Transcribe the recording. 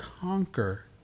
conquer